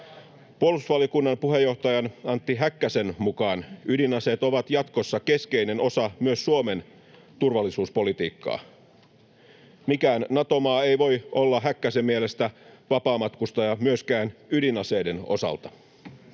Puolustusvaliokunnan puheenjohtajan Antti Häkkäsen mukaan ydinaseet ovat jatkossa keskeinen osa myös Suomen turvallisuuspolitiikkaa. Mikään Nato-maa ei voi olla Häkkäsen mielestä vapaamatkustaja myöskään ydinaseiden osalta.